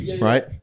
right